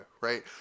right